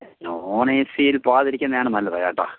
non A C യിൽ പോകാതിരിക്കുന്നതാണ് നല്ലത് കേട്ടോ